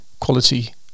quality